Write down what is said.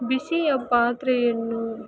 ಬಿಸಿಯ ಪಾತ್ರೆಯನ್ನು